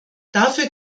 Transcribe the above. dafür